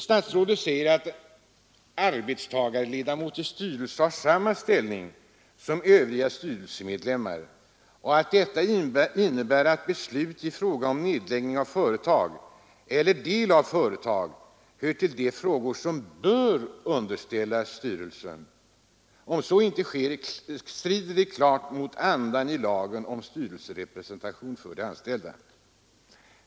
Statsrådet säger att ”arbetstagarledamot i styrelse har samma ställning som övriga styrelsemedlemmar” och att detta ”innebär att beslut i fråga om nedläggning av företag eller del av företag hör till de frågor som bör underställas styrelsen”. Om så inte sker, ”strider det klart mot andan i lagen om styrelserepresentation för de anställda”.